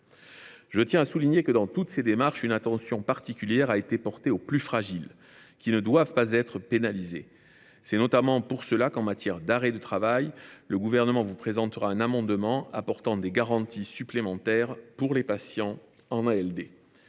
Je tiens à souligner que, dans toutes ces démarches, une attention particulière a été portée aux plus fragiles, qui ne doivent pas être pénalisés. C’est notamment pour cela que, en matière d’arrêt de travail, le Gouvernement vous présentera un amendement tendant à apporter des garanties supplémentaires pour les patients